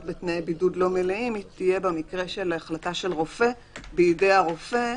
בתנאי בידוד לא מלאים תהיה במקרה של החלטה של רופא בידי הרופא,